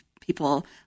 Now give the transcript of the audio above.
people